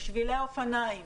בשבילי האופניים